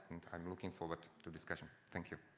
i'm looking forward to discussion. thank you.